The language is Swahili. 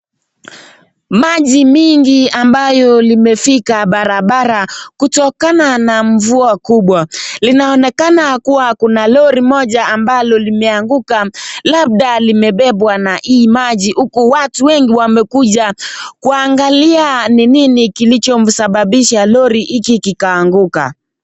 Maji mingi ambayo limefika barabara kutokana na mvua kubwa linaonekana kuwa kuna lori moja ambalo limeanguka labda limebebwa na hii maji huku watu wengi wamekuja kuangalia ni nini kilisababisha lori hiki kikaanguka.